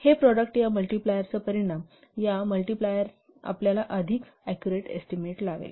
तर या मल्टिप्लायर चा परिणाम हे प्रॉडक्ट आपल्याला अधिक ऍक्युरेट एस्टीमेट लावेल